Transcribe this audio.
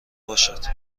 باشد